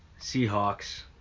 Seahawks